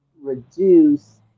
reduce